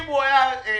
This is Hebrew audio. אם הוא היה פרטי,